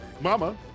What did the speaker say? Mama